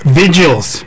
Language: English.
vigils